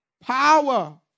power